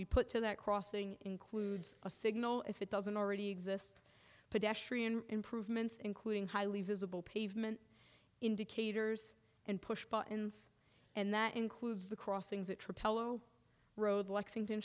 we put to that crossing includes a signal if it doesn't already exist pradesh improvements including highly visible pavement indicators and pushbuttons and that includes the crossings that propel oh road lexington